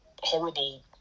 horrible